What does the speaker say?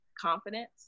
confidence